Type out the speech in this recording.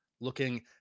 looking